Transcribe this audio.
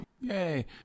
Yay